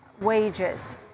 wages